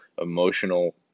emotional